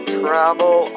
travel